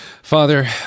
Father